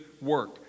work